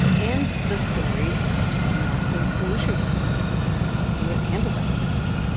and the story of a massive pollution case and how pruitt handled that case.